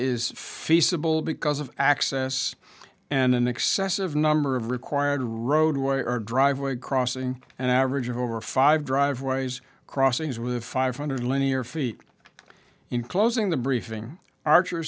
is feasible because of access and an excessive number of required roadway or driveway crossing an average of over five driveways crossings with five hundred linear feet in closing the briefing archer